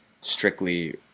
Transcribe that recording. strictly